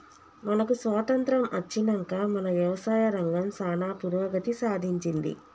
మనకు స్వాతంత్య్రం అచ్చినంక మన యవసాయ రంగం సానా పురోగతి సాధించింది